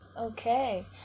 Okay